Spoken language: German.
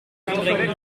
aufbringen